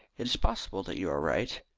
it is possible that you are right.